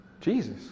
Jesus